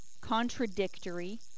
contradictory